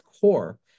core